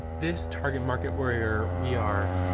this target market where we are, we are,